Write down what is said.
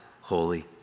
holy